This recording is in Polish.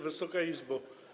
Wysoka Izbo!